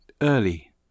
Early